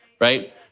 right